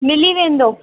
मिली वेंदो